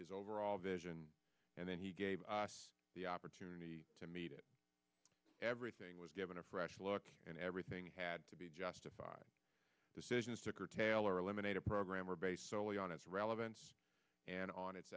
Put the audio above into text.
is overall vision and then he gave us the opportunity to meet it everything was given a fresh look and everything had to be justified decisions to curtail or eliminate a program were based soley on its relevance and on it